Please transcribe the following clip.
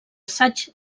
assaigs